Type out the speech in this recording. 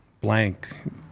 blank